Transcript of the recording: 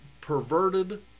perverted